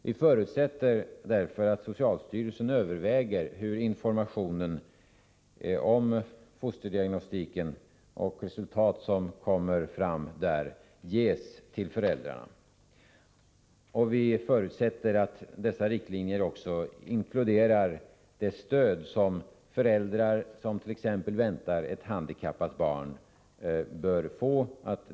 Vi förutsätter därför att socialstyrelsen överväger hur informationen om fosterdiagnostiken och resultat som kommer fram där ges till föräldrarna. Vi förutsätter också att stödet förbättras till föräldrar som väntar t.ex. ett handikappat barn.